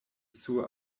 sur